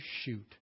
shoot